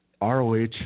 ROH